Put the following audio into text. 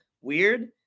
weird